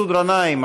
מסעוד גנאים,